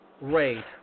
rate